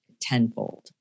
tenfold